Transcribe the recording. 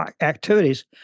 Activities